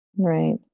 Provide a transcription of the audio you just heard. Right